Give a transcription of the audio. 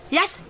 Yes